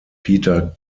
peter